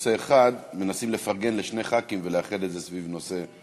נושא אחד מנסים לפרגן לשני חברי כנסת ולאחד את זה סביב נושא,